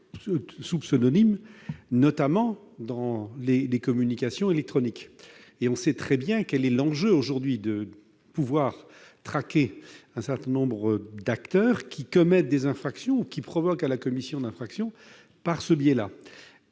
sous pseudonyme, notamment dans les communications électroniques. On sait très bien quel est l'enjeu aujourd'hui : il s'agit de pouvoir traquer un certain nombre d'acteurs qui commettent des infractions ou qui provoquent à la commission d'infractions par ce biais-là.